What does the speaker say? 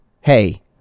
hey